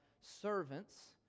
servants